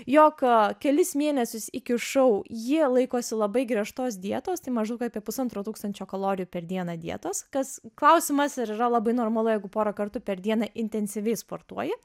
jog a kelis mėnesius iki šou jie laikosi labai griežtos dietos tai maždaug apie pusantro tūkstančio kalorijų per dieną dietos kas klausimas ar yra labai normalu jeigu porą kartų per dieną intensyviai sportuoji